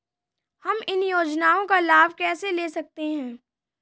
हम इन योजनाओं का लाभ कैसे ले सकते हैं?